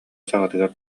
саҕатыгар